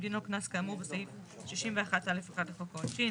דינו קנס כאמור בסעיף 61(א)(1) לחוק העונשין.